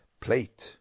plate